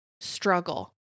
struggle